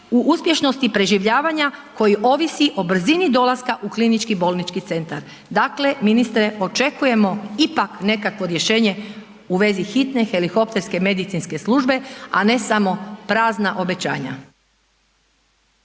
u uspješnosti preživljavanja koji ovisi o brzini dolaska u klinički bolnički centar. Dakle ministre očekujemo ipak nekakvo rješenje u vezi hitne helikopterske medicinske službe a ne samo prazna obećanja.